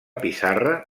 pissarra